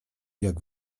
jak